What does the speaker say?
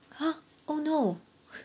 !huh! oh no